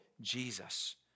Jesus